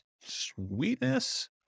Sweetness